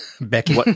Becky